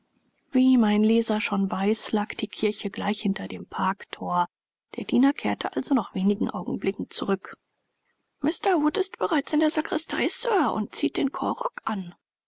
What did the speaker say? wie mein leser schon weiß lag die kirche gleich hinter dem parkthor der diener kehrte also nach wenig augenblicken zurück mr wood ist bereits in der sakristei sir und zieht den chorrock an